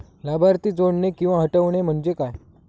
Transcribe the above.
लाभार्थी जोडणे किंवा हटवणे, म्हणजे काय?